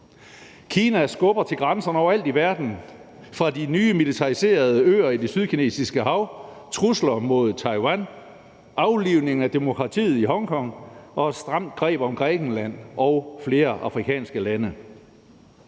Kina skubber til grænserne overalt i verden, fra de nye militariserede øer i Det Sydkinesiske Hav, trusler mod Taiwan, aflivning af demokratiet i Hongkong og et stramt greb om Grækenland og flere afrikanske lande.